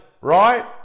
right